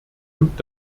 und